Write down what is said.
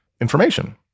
information